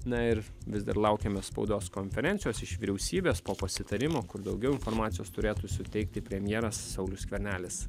na ir vis dar laukiame spaudos konferencijos iš vyriausybės po pasitarimo kur daugiau informacijos turėtų suteikti premjeras saulius skvernelis